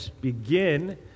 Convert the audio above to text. begin